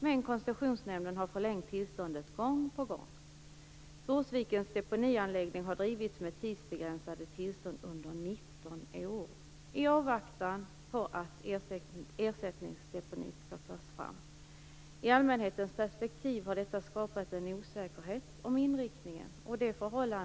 Men Koncessionsnämnden har förlängt tillståndet gång på gång. Torsvikens deponianläggning har drivits med tidsbegränsade tillstånd under 19 år i avvaktan på att ersättningsdeponier skall tas fram. I allmänhetens perspektiv har detta skapat en osäkerhet om inriktningen.